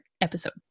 episode